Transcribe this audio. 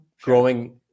Growing